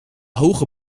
hoge